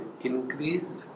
increased